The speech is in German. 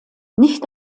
nicht